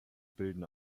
bilden